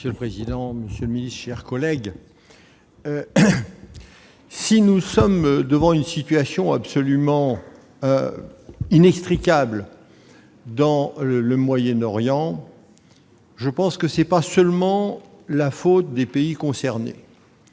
Monsieur le président, monsieur le secrétaire d'État, mes chers collègues, si nous sommes devant une situation absolument inextricable au Moyen-Orient, ce n'est pas seulement la faute des pays concernés.